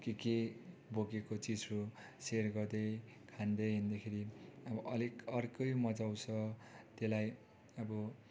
के के बोकेको चिजहरू सेयर गर्दै खाँदै हिँड्दाखेरि अब अलिक अर्कै मजा आउँछ त्यसलाई अब